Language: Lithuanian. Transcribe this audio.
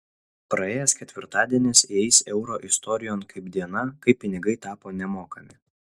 praėjęs ketvirtadienis įeis euro istorijon kaip diena kai pinigai tapo nemokami